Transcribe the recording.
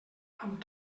amb